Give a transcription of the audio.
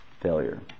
failure